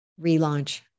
Relaunch